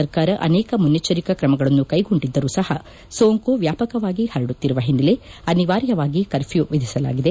ಸರ್ಕಾರ ಅನೇಕ ಮುನ್ನೆಚ್ಚರಿಕಾ ಕ್ರಮಗಳನ್ನು ಕೈಗೊಂಡಿದ್ದರೂ ಸಹ ಸೋಂಕು ವ್ಯಾಪಕವಾಗಿ ಹರಡುತ್ತಿರುವ ಹಿನ್ನೆಲೆ ಅನಿವಾರ್ಯವಾಗಿ ಕರ್ಫ್ಯೂ ವಿಧಿಸಲಾಗಿದೆ